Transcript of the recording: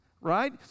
right